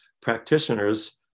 practitioners